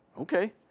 Okay